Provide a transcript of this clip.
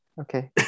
Okay